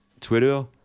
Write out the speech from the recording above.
Twitter